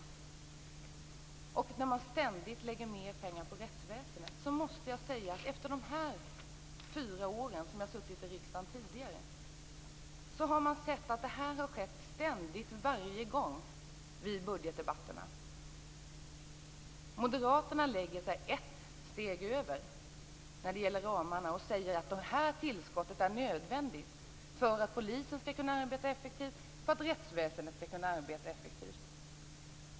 Moderaterna vill ständigt lägga ned mer pengar på rättsväsendet, och jag måste säga att efter de fyra år som jag har suttit i riksdagen har jag sett att detta har skett varje gång vid budgetdebatterna. Moderaterna lägger sig ett steg över förslaget om ramarna och säger att detta tillskott är nödvändigt för att Polisen skall kunna arbeta effektivt och för att rättsväsendet skall kunna arbeta effektivt.